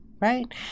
right